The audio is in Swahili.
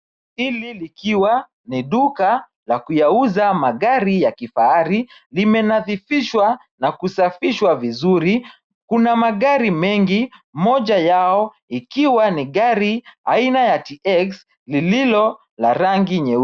Hili likiwa ni duka la kuyauza magari ya kifahari, limenadhifishwa na kusafishwa vizuri, kuna magari mengi, moja yao ikiwa ni gari aina ya TX lililo la rangi nyeusi.